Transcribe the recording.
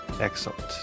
Excellent